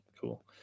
cool